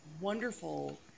wonderful